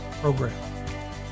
program